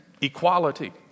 equality